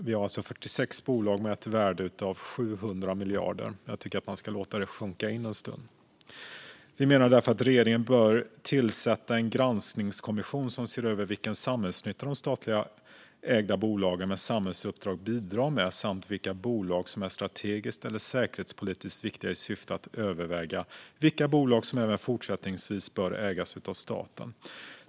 Vi har alltså 46 bolag med ett värde av 700 miljarder - jag tycker att man ska låta det sjunka in en stund. Vi menar därför att regeringen bör tillsätta en granskningskommission, som ser över vilken samhällsnytta de statligt ägda bolagen med samhällsuppdrag bidrar med samt vilka bolag som är strategiskt eller säkerhetspolitiskt viktiga, i syfte att överväga vilka bolag som även fortsättningsvis bör ägas av staten.